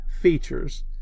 features